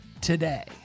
today